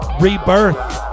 Rebirth